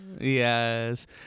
yes